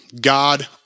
God